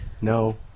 No